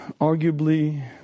arguably